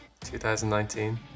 2019